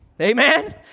Amen